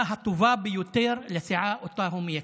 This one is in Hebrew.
הטובה ביותר לסיעה שאותה הוא מייצג,